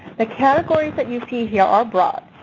the categories that you see here are broad.